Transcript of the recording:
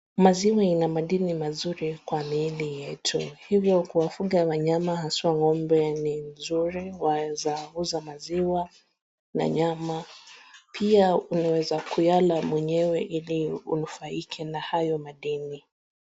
Maziwa ina madimi mazuri kwa miili yetu , hivo kuwafuga wanyama haswa ngombe ni mzuri. Waeza uza maziwa na nyama , pia unaweza kuyala mwenyewe ili unufaike na hayo madini.